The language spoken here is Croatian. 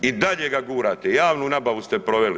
I dalje ga gurate, javnu nabavu ste proveli.